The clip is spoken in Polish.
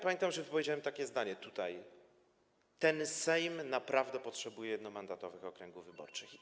Pamiętam, że wypowiedziałem takie zdanie tutaj: ten Sejm naprawdę potrzebuje jednomandatowych okręgów wyborczych.